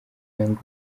young